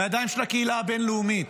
בידיים של הקהילה הבין-לאומית.